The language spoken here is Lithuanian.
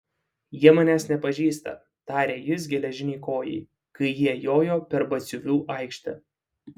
jie manęs nepažįsta tarė jis geležinei kojai kai jie jojo per batsiuvių aikštę